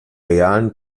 realen